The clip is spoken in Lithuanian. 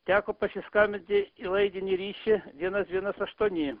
teko pasiskambinti į laidinį ryšį vienas vienas aštuoni